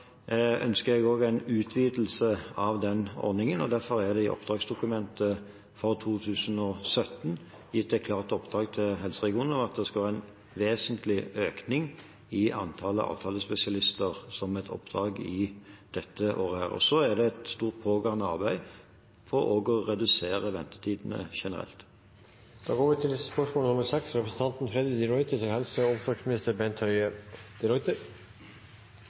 i oppdragsdokumentet for 2017 gitt et klart oppdrag til helseregionene, at det skal være en vesentlig økning i antallet avtalespesialister dette året. Så er det et stort, pågående arbeid for også å redusere ventetidene generelt. «Siden 2004 har sykehuset i Arendal drevet invasiv kardiologi/PCI-senteret. Faglig kvalitet ved senteret er godt dokumentert i nasjonale kvalitetsregistre som Norsk hjerteinfarktregister og